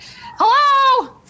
hello